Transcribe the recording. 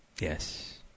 Yes